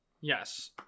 Yes